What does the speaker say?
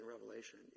Revelation